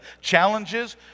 challenges